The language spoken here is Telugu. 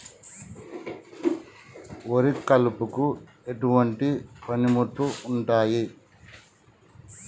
వరి కలుపుకు ఎటువంటి పనిముట్లు ఉంటాయి?